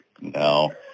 No